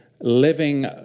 living